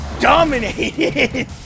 dominated